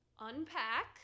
unpack